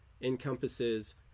encompasses